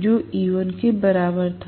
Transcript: जो E1 बराबर था